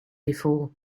before